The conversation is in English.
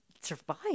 survive